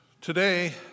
Today